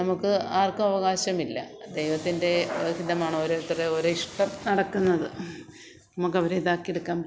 നമുക്ക് ആർക്കും അവകാശമില്ല ദൈവത്തിൻ്റെ ഹിതമാണ് ഓരോരുത്തരുടെ ഓരോ ഇഷ്ട്ടം നടക്കുന്നത് നമുക്ക് അവരെ ഇതാക്കി എടുക്കാൻ പറ്റും